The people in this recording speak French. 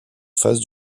face